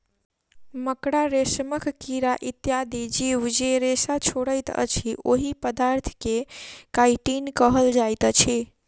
मकड़ा, रेशमक कीड़ा इत्यादि जीव जे रेशा छोड़ैत अछि, ओहि पदार्थ के काइटिन कहल जाइत अछि